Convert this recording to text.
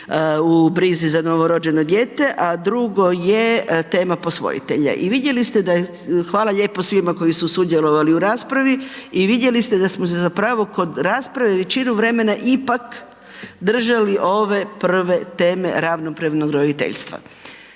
u brizi za novorođeno dijete, a drugo je tema posvojitelja. I vidjeli ste da je, hvala lijepo svima koji su sudjelovali u raspravi, i vidjeli ste da smo se zapravo kod rasprave većinu vremena ipak držali ove prve teme, ravnopravnog roditeljstva.